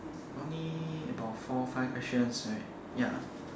only about four five questions right ya